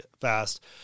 fast